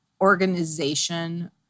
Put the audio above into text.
organization